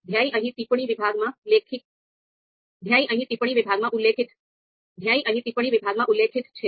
ધ્યેય અહીં ટિપ્પણી વિભાગમાં ઉલ્લેખિત છે